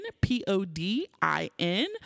P-O-D-I-N